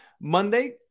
Monday